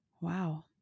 Wow